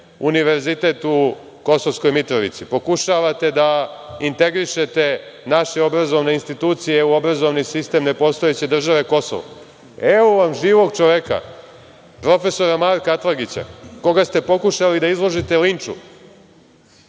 Univerzitet u Kosovskoj Mitrovici, pokušavate da integrišete naše obrazovne institucije u obrazovni sistem nepostojeće države Kosovo. Evo vam živog čoveka, profesora Marka Atlagića, koga ste pokušali da izložite linču,